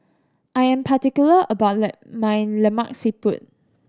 I am particular about the my Lemak Siput